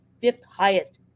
fifth-highest